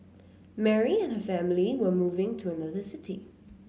Mary and her family were moving to another city